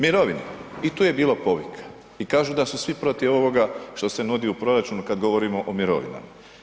Mirovine i tu je bilo povika, i kažu da su svi protiv ovoga što se nudi u proračunu kad govorimo o mirovinama.